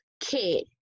kid